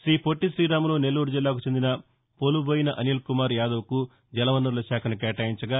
శ్రీ పొట్లిశీరాములు నెల్లూరు జిల్లాకు చెందిన పొలుబోయిన అనిల్ కుమార్ యాదవ్ కు జలవనరుల శాఖను కేటాయించగా